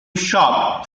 shop